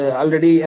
already